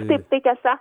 taip tai tiesa